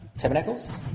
tabernacles